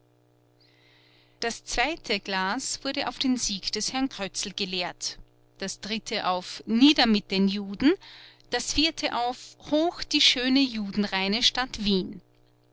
das zweite glas wurde auf den sieg des herrn krötzl geleert das dritte auf nieder mit den juden das vierte auf hoch die schöne judenreine stadt wien